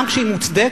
גם כשהיא מוצדקת,